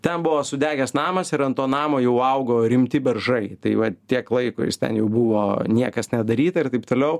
ten buvo sudegęs namas ir ant to namo jau augo rimti beržai tai va tiek laiko jis ten jau buvo niekas nedaryta ir taip toliau